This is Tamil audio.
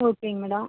ஓகேங்க மேடம்